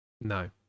No